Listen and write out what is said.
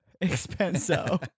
expensive